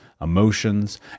emotions